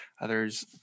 others